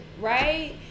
right